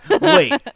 Wait